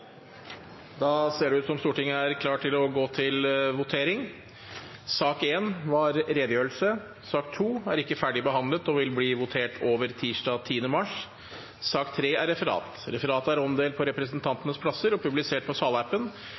Da ser det ut til at Stortinget er klar til å gå til votering. Sak nr. 1 var redegjørelse. Sak nr. 2 er ikke ferdig behandlet og vil bli votert over tirsdag 10. mars. Vi fortsetter da debatten i sak nr. 2. Neste taler er Eirik Faret Sakariassen. Dette er